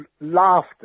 laughed